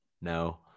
no